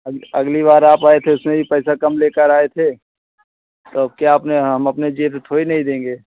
अगले अगले बार आप आएँ थे उसमें भी पैसा कम लेकर आए थे तब क्या आप हम अपने जेब से थोड़े ना देंगे